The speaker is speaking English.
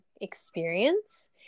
experience